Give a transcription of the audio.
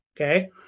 Okay